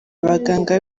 abaganga